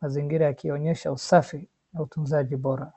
Mazingira yakionyesha usafi na utunzaji bora.